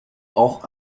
auch